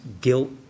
guilt